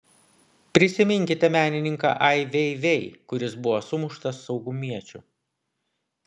prisiminkite menininką ai vei vei kuris buvo sumuštas saugumiečių